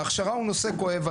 ההכשרה הוא נושא כואב.